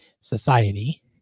Society